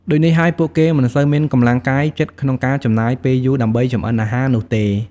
ដូចនេះហើយពួកគេមិនសូវមានកម្លាំងកាយចិត្តក្នុងការចំណាយពេលយូរដើម្បីចម្អិនអាហារនោះទេ ។